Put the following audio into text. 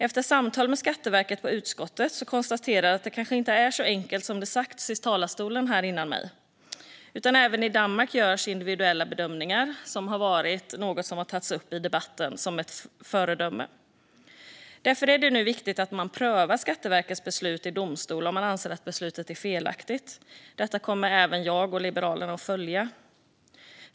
Efter samtal med Skatteverket på utskottsmötet konstaterades att det kanske inte är så enkelt som det har sagts i talarstolen här före mig. Även i Danmark görs individuella bedömningar, vilket är något som har tagits upp i debatten som ett föredöme. Därför är det nu viktigt att man prövar Skatteverkets beslut i domstol om man anser att beslutet är felaktigt. Även detta kommer jag och Liberalerna att följa.